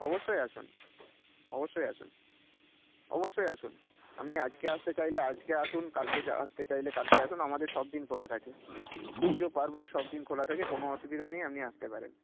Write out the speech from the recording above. অবশ্যই আসুন অবশ্যই আসুন অবশ্যই আসুন আপনি আজকে আসতে চাইলে আজকে আসুন কালকে আসতে চাইলে কালকে আসুন আমাদের সবদিন খোলা থাকে পুজো পার্বণ সবদিন খোলা থাকে কোনো অসুবিধা নেই আপনি আসতে পারেন